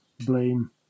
blame